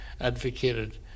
advocated